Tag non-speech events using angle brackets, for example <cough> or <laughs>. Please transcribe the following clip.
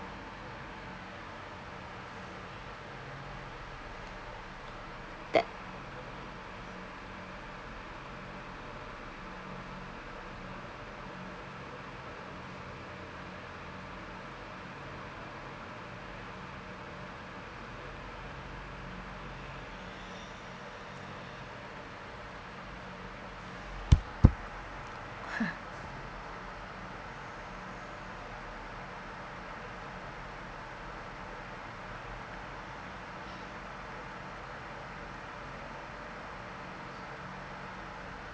that <laughs>